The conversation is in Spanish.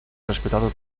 respetado